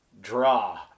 draw